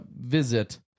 visit